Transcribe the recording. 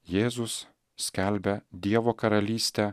jėzus skelbia dievo karalystę